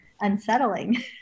unsettling